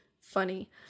funny